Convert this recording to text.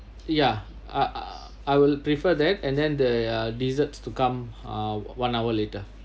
ya I I will prefer that and then the uh desserts to come uh one hour later